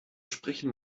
sprechen